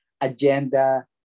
agenda